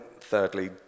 thirdly